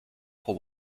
pro